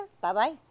Bye-bye